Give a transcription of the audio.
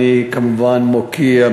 אני כמובן מוקיע,